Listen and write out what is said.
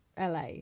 LA